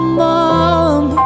mom